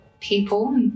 people